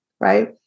right